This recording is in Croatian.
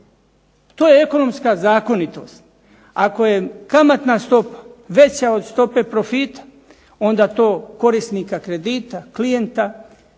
To je ekonomska zakonitost. Ako je kamatna stopa veća od stope profita, onda to korisnika kredita, klijenta